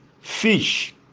fish